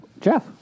Jeff